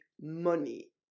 money